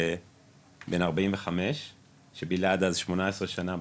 בן 45 שבילה עד אז כ-18 שנים בכלא,